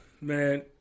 man